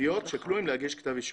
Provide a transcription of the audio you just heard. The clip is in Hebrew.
התביעות שקלו אם להגיש כתב אישום.